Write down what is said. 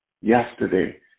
yesterday